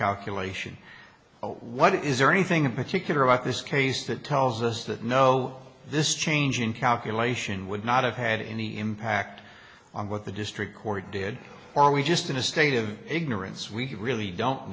calculation what is there anything in particular about this case that tells us that no this change in calculation would not have had in the impact on what the district court did or are we just in a state of ignorance we really don't